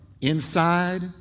Inside